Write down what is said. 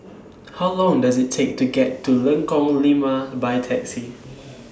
How Long Does IT Take to get to Lengkong Lima By Taxi